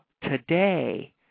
today